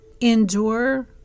Endure